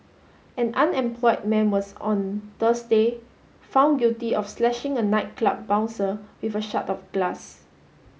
an unemployed man was on Thursday found guilty of slashing a nightclub bouncer with a shard of glass